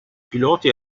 piloti